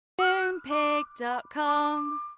Moonpig.com